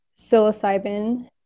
psilocybin